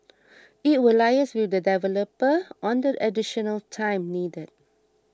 it will liaise with the developer on the additional time needed